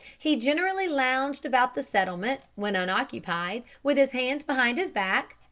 he generally lounged about the settlement, when unoccupied, with his hands behind his back,